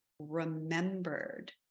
Remembered